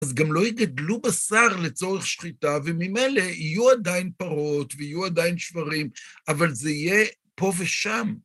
אז גם לא יגדלו בשר לצורך שחיטה, וממילא יהיו עדיין פרות ויהיו עדיין שוורים, אבל זה יהיה פה ושם.